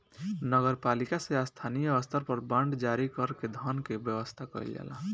नगर पालिका से स्थानीय स्तर पर बांड जारी कर के धन के व्यवस्था कईल जाला